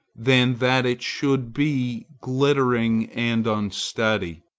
than that it should be glittering and unsteady.